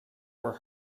were